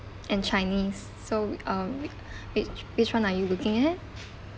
and chinese so um which which one are you looking at